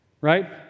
Right